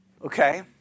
Okay